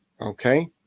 Okay